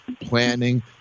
planning